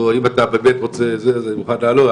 בוא, אם אתה רוצה אני לא נכנס,